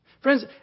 friends